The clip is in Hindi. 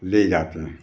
ले जाते हैं